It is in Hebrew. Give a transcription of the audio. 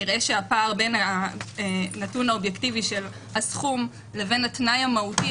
נראה שהפער בין הנתון האובייקטיבי של הסכום לבין התנאי המהותי,